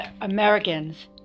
Americans